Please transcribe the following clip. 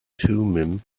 thummim